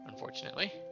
unfortunately